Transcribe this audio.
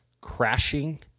crashing